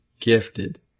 gifted